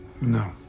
No